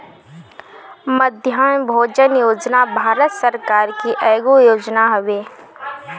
मध्याह्न भोजन योजना भारत सरकार के एगो योजना हवे